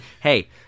Hey